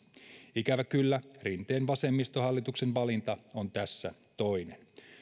ikävä kyllä rinteen vasemmistohallituksen valinta on tässä toinen